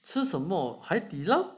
吃什么海底捞